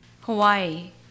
Hawaii